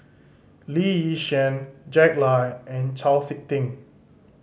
Lee Yi Shyan Jack Lai and Chau Sik Ting